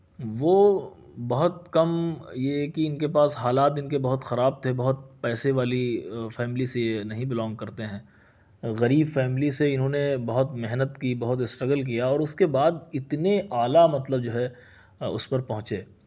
وہ بہت کم یہ کہ ان کے پاس حالات ان کے بہت خراب تھے بہت پیسے والی فیملی سے نہیں بلانگ کرتے ہیں غریب فیملی سے انہوں نے بہت محنت کی بہت اسٹرگل کیا اور اس کے بعد اتنے اعلیٰ مطلب جو ہے اس پر پہنچے